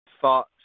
thought